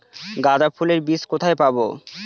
গাঁদা ফুলের বীজ কোথায় পাবো?